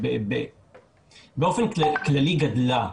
באופן כללי גדלה.